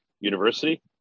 University